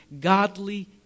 godly